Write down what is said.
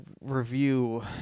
review